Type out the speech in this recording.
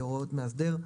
בהוראות מאסדר,